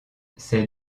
ces